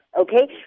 Okay